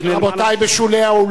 רבותי בשולי האולם,